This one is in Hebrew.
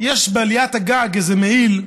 יש בעליית הגג איזה מעיל.